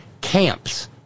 camps